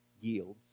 yields